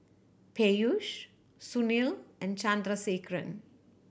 Peyush Sunil and Chandrasekaran